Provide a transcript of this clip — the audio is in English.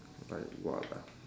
like what ah